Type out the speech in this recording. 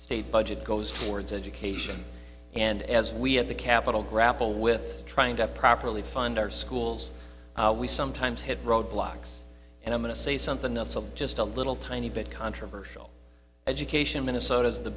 state budget goes towards education and as we at the capitol grapple with trying to properly fund our schools we sometimes hit roadblocks and i'm going to say something that's a just a little tiny bit controversial education minnesota's the